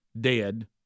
Dead